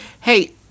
Hey